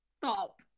Stop